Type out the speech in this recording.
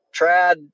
trad